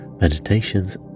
meditations